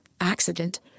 accident